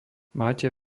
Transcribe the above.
máte